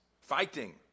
fighting